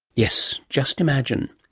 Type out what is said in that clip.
yes, just imagine.